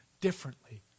differently